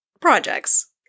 projects